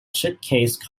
suitcase